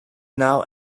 now